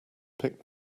pick